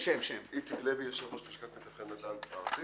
איציק לוי, יושב-ראש לשכת מתווכי נדל"ן הארצית.